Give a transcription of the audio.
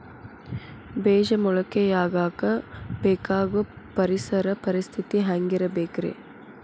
ಬೇಜ ಮೊಳಕೆಯಾಗಕ ಬೇಕಾಗೋ ಪರಿಸರ ಪರಿಸ್ಥಿತಿ ಹ್ಯಾಂಗಿರಬೇಕರೇ?